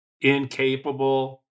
incapable